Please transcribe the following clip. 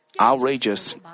outrageous